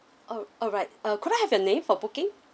oh alright uh could I have your name for booking